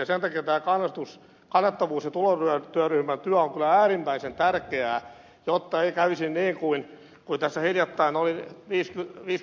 sen takia tämä kannattavuus ja tulostyöryhmän työ on kyllä äärimmäisen tärkeää jotta ei kävisi niin kuin tässä hiljattain